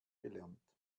gelernt